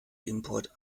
import